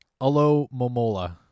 Alomomola